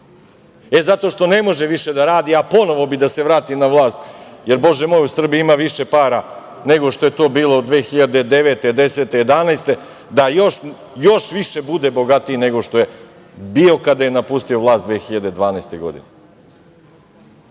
E, zato što ne može više da radi, a ponovo bi da se vrati na vlast, jer bože moj u Srbiji ima više para, nego što je to bilo 2009, 2010, 2011. godine da još više bude bogatiji, nego što je bio kada je napustio vlast 2012. godine.